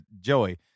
Joey